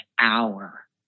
hour